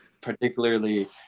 particularly